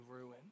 ruin